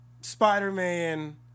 Spider-Man